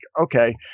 okay